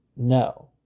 No